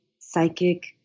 psychic